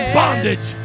bondage